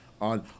On